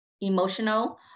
emotional